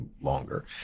longer